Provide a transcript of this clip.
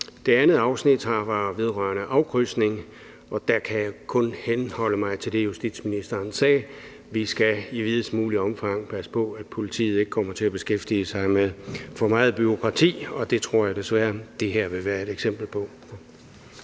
Det andet afsnit vedrører afkrydsning, og der kan jeg kun henholde mig til det, justitsministeren sagde, nemlig at vi i videst muligt omfang skal passe på, at politiet ikke kommer til at beskæftige sig med for meget bureaukrati, og det tror jeg desværre at det her vil være et eksempel på.